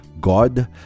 god